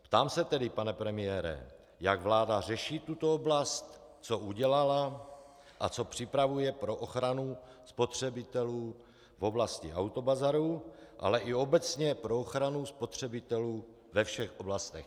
Ptám se tedy, pane premiére, jak vláda řeší tuto oblast, co udělala a co připravuje pro ochranu spotřebitelů v oblasti autobazarů, ale i obecně pro ochranu spotřebitelů ve všech oblastech.